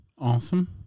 Awesome